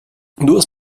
duas